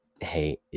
hey